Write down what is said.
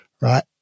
Right